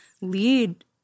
lead